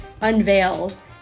unveils